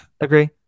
agree